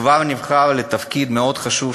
כבר נבחר לתפקיד מאוד חשוב,